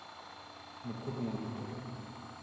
Mukutmanipur